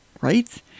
right